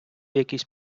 якийсь